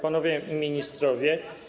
Panowie Ministrowie!